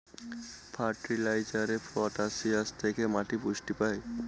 ফার্টিলাইজারে পটাসিয়াম থেকে মাটি পুষ্টি পায়